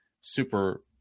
super